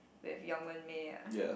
with yong-wern-mei ah